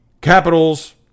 Capitals